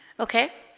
okay